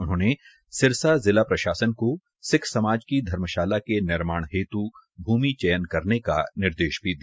उन्होंने जिला प्रशासन को सिक्ख समाज की धर्मशाला के निर्माण हेत् भूमि चयन करने का निर्देश भी दिया